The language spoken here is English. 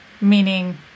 meaning